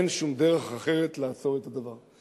אין שום דרך אחרת לעצור את הדבר.